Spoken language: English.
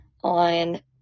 on